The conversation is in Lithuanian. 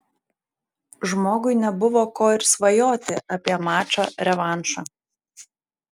žmogui nebuvo ko ir svajoti apie mačą revanšą